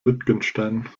wittgenstein